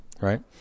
right